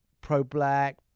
pro-black